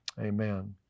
Amen